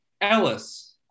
Ellis